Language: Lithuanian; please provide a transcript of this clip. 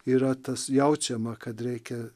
yra tas jaučiama kad reikia